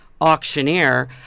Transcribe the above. auctioneer